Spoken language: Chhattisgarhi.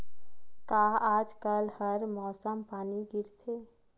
का आज कल हर मौसम पानी गिरथे?